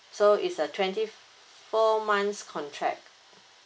so it's a twenty four months contract